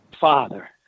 father